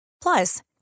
Plus